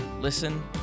listen